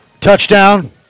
Touchdown